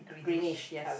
greenish yes